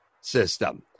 system